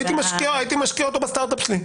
הייתי משקיע אותו בסטארט אפ שלי,